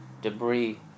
debris